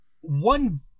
one